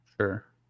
Sure